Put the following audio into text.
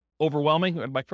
Overwhelming